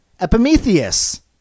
epimetheus